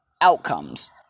outcomes